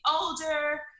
older